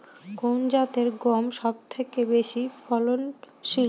কোন জাতের গম সবথেকে বেশি ফলনশীল?